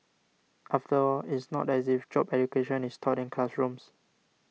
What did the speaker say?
after all it's not as if job education is taught in classrooms